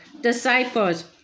disciples